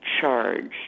charged